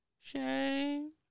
shame